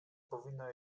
powinno